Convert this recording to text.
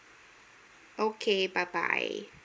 okay bye bye